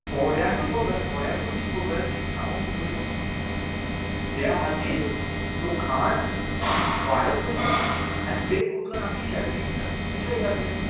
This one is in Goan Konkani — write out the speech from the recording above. थोड्यांकूत खबर आसा थोड्या पुरतीच खबर आहा तीं हांगोंक थंय वयता त्या खातीर तो घाण आनी वाडत वयता आनी ते उदकान आमकां शेत पिकता अशें कांय जातलें